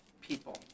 people